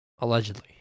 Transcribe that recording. allegedly